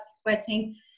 sweating